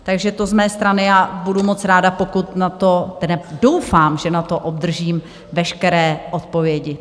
Takže to z mé strany a budu moc ráda, pokud na to, doufám, že na to obdržím veškeré odpovědi.